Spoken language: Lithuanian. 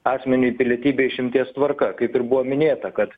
asmeniui pilietybę išimties tvarka kaip ir buvo minėta kad